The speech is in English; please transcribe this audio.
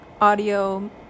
audio